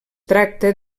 tracta